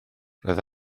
roedd